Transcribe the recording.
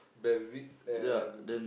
bear with it and